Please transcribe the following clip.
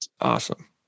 Awesome